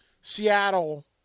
Seattle